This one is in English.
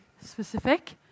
specific